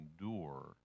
endure